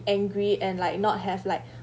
angry and like not have like